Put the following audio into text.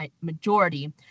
majority